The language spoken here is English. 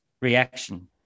reaction